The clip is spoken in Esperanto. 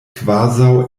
kvazaŭ